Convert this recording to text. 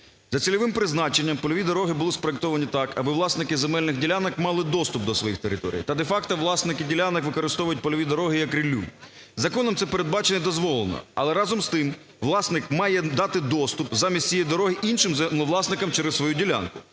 За цільовим призначенням польові дороги були спроектовані так, аби власники земельних ділянок мали доступ до своїх територій та де-факто власники ділянок використовують польові дороги як ріллю. Законом це передбачено і дозволено, але разом з тим власник має дати доступ замість цієї дороги іншим землевласникам через свою ділянку,